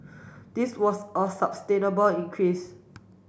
this was a increase